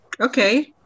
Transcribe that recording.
Okay